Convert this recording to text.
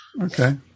Okay